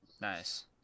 Nice